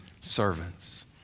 servants